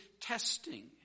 testing